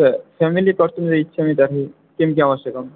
family कर्तुमिच्छामि तर्हि किङ्किमावश्यकं